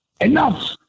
Enough